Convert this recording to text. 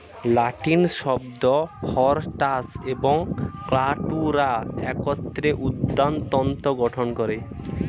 লাতিন শব্দ হরটাস এবং কাল্টুরা একত্রে উদ্যানতত্ত্ব গঠন করে